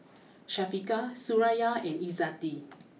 Syafiqah Suraya and Izzati